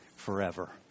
forever